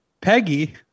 Peggy